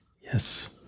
Yes